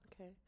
okay